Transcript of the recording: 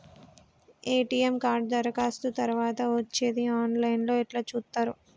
ATM card దరఖాస్తు తరువాత వచ్చేది ఆన్ లైన్ లో ఎట్ల చూత్తరు?